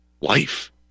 life